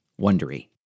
Wondery